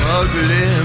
ugly